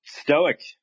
Stoic